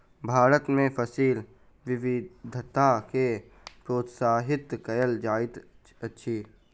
भारत में फसिल विविधता के प्रोत्साहित कयल जाइत अछि